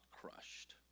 Crushed